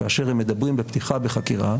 כאשר הם מדברים בפתיחה בחקירה,